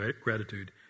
gratitude